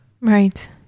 Right